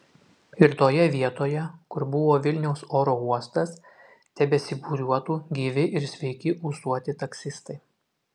ir toje vietoje kur buvo vilniaus oro uostas tebesibūriuotų gyvi ir sveiki ūsuoti taksistai